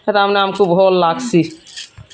ହେଟାମାନେ ଆମ୍କୁ ଭଲ ଲାଗ୍ସି